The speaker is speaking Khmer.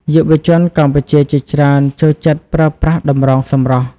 យុវជនកម្ពុជាជាច្រើនចូលចិត្តប្រើប្រាស់តម្រងសម្រស់។